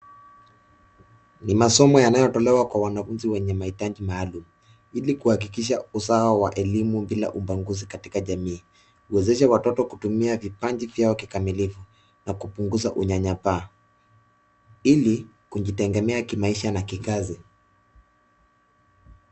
Ni masomo yanyaotolewa kwa wanafunzi wenye mahitaji maalumili kuhakikisha usawa wa elimu bila ubaguzi katika jamii. Huwezesha watoto kutumia vipaji vyao kikamilifu na kupunguza unyanyapa ili kujitegemea kimaisha na kikazi.